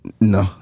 No